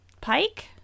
pike